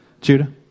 Judah